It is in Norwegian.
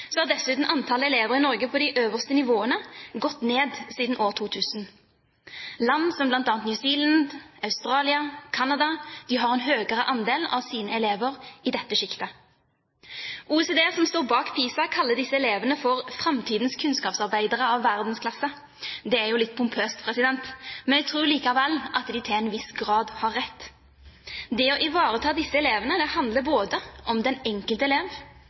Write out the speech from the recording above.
har dessuten antallet elever i Norge på de øverste nivåene gått ned siden år 2000. Land som bl.a. New Zealand, Australia og Canada har en høyere andel av sine elever i dette sjiktet. OECD, som står bak PISA, kaller disse elevene «framtidens kunnskapsarbeidere av verdensklasse». Dette er jo litt pompøst, men jeg tror likevel at de til en viss grad har rett. Det å ivareta disse elevene handler både om den enkelte elev,